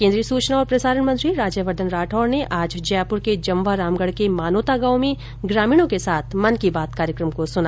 केन्द्रीय सूचना और प्रसारण मंत्री राज्यवर्द्धन राठौड़ ने आज जयपुर के जमवारामगढ़ के मानोता गांव में ग्रामीणों के साथ मन की बात कार्यक्रम को सुना